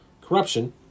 corruption